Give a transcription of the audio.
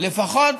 לפחות